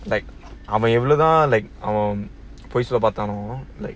like அவன்எவ்ளோதான்:avan evlo thaan like பொய்சொல்லபாத்தாலும்:poi solla paathaalum